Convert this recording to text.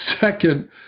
Second